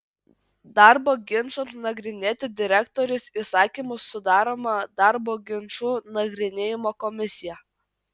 darbo ginčams nagrinėti direktorius įsakymu sudaroma darbo ginčų nagrinėjimo komisija